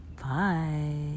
Bye